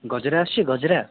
ଗଜରା ଆସୁଛି ଗଜରା